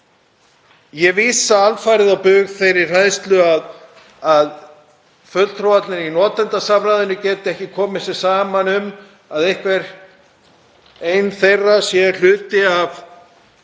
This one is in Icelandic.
Ég vísa alfarið á bug þeirri hræðslu að fulltrúarnir í notendasamráðinu geti ekki komið sér saman um að einhver einn þeirra sé fulltrúi